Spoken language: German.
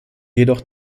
jedoch